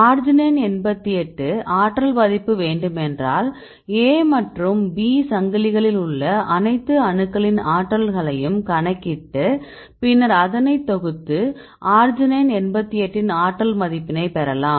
arginine 88 ஆற்றல் மதிப்பு வேண்டும் என்றால் A மற்றும் B சங்கிலிகளில் உள்ள அனைத்து அணுக்களின் ஆற்றல்களையும் கணக்கிட்டு பின்னர் அதனைத் தொகுத்து அர்ஜினைன் 88 ன் ஆற்றல் மதிப்பினை பெறலாம்